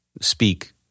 speak